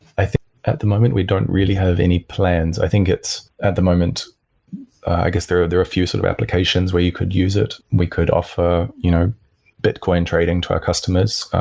i think at the moment we don't really have any plans. i think it's at the moment i guess there are few sort of applications where you could use it. we could offer you know bitcoin trading to our customers.